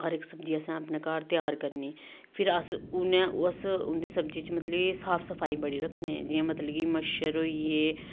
हर इक सब्जी असें अपने घर त्यार करनी फिर अस उ'नें उस उंदी सब्जी च मतलब कि साफ सफाई बड़ी रक्खने आं जियां मतलब कि मच्छर होई गे